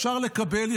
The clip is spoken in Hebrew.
אפשר לקבל,